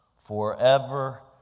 forever